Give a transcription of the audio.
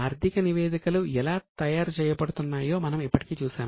ఆర్థిక నివేదికలు ఎలా తయారు చేయబడుతున్నాయో మనము ఇప్పటికే చూశాము